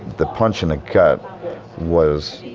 the punch in the gut was